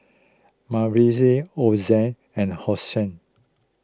Ozzie and Hosie